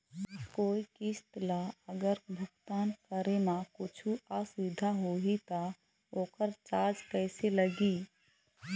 कोई किस्त ला अगर भुगतान करे म कुछू असुविधा होही त ओकर चार्ज कैसे लगी?